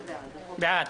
בעד.